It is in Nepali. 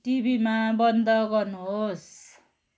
टिभीमा बन्द गर्नुहोस्